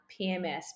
PMS